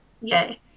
Yay